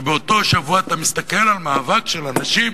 באותו שבוע אתה מסתכל על מאבק של האנשים